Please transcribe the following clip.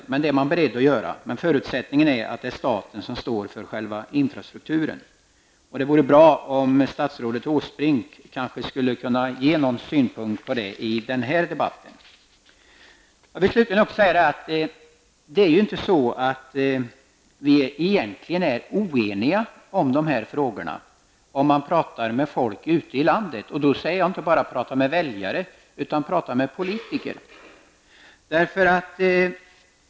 De kostnaderna är man beredd att ta, men förutsättningen är att staten står för själva infrastrukturen. Det vore bra om statsrådet Åsbrink kunde ge någon synpunkt på detta i denna debatt. Jag vill slutligen säga följande. Om man talar med människor ute i landet -- inte bara med väljare, utan också med politiker -- finner man att vi egentligen inte är oeniga i dessa frågor.